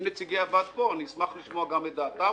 אם נציגי הוועד פה, אשמח לשמוע את דעתם.